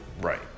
Right